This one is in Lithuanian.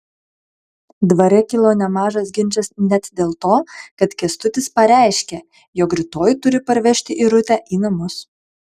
dvare kilo nemažas ginčas net dėl to kad kęstutis pareiškė jog rytoj turi parvežti irutę į namus